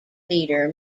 leader